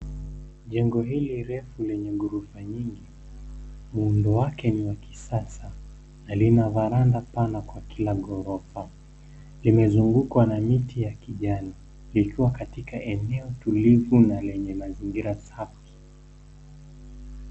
Jengo hili refu lenye ghorofa nyingi. Muundo wake ni wa kisasa na lina varanda pana kwa kila ghorofa. Limezungukwa na miti ya kijani likiwa katika eneo tulivu na lenye mazingira safi.